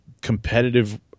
competitive